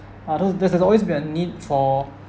uh those there has always been a need for